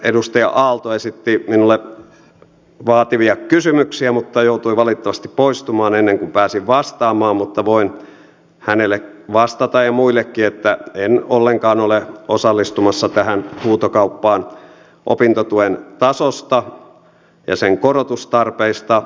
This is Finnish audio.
edustaja aalto esitti minulle vaativia kysymyksiä mutta joutui valitettavasti poistumaan ennen kuin pääsin vastaamaan mutta voin hänelle vastata ja muillekin että en ollenkaan ole osallistumassa tähän huutokauppaan opintotuen tasosta ja sen korotustarpeista